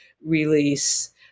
release